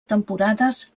temporades